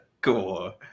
Cool